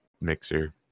mixer